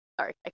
Sorry